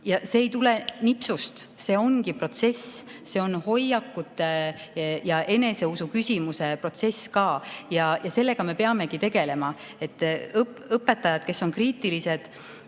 See ei tule nipsust, see ongi protsess, see on hoiakute ja eneseusu küsimuse protsess ka. Sellega me peamegi tegelema. Õpetajad, kes on kriitilised,